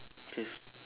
okay